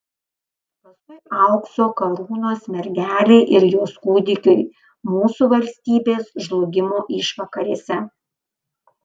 paskui aukso karūnos mergelei ir jos kūdikiui mūsų valstybės žlugimo išvakarėse